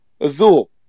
Azul